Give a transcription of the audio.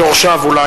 יורשיו, אולי.